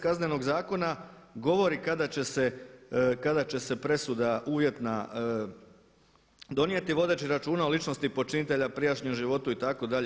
Kaznenog zakona govori kada će se presuda uvjetna donijeti vodeći računa o ličnosti počinitelja, prijašnjem životu itd.